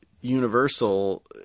Universal